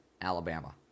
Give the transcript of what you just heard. Alabama